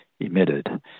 Emitted